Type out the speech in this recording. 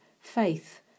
faith